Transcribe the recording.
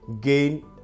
gain